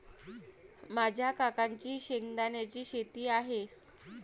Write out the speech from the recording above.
माझ्या काकांची शेंगदाण्याची शेती आहे